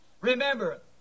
Remember